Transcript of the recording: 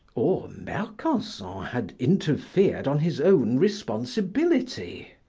or mercanson had interfered on his own responsibility.